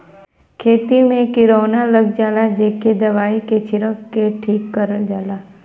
खेती में किरौना लग जाला जेके दवाई के छिरक के ठीक करल जाला